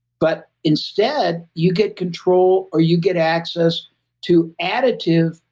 but instead, you get control or you get access to attitude,